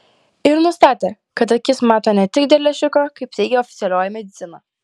ir nustatė kad akis mato ne tik dėl lęšiuko kaip teigia oficialioji medicina